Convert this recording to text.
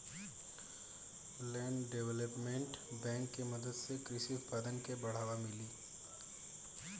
land development bank के मदद से कृषि उत्पादन के बढ़ावा मिली